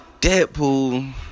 Deadpool